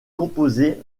composées